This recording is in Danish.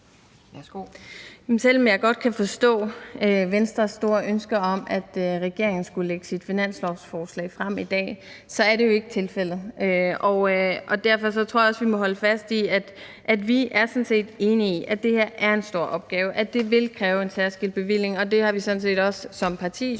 Selv om jeg godt kan forstå Venstres store ønske om, at regeringen skulle lægge sit finanslovsforslag frem i dag, så er det jo ikke tilfældet. Og derfor tror jeg også, at vi må holde fast i, at vi sådan set er enige i, at det her er en stor opgave; at det vil kræve en særskilt bevilling. Og det har vi sådan set også som parti